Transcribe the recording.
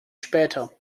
später